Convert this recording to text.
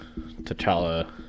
T'Challa